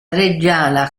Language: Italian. reggiana